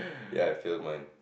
ya I failed mine